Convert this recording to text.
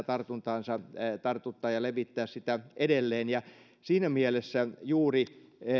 tartuntaansa tartuttaa ja levittää sitä edelleen siinä mielessä juuri